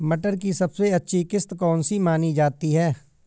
मटर की सबसे अच्छी किश्त कौन सी मानी जाती है?